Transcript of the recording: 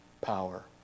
power